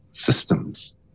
systems